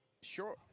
sure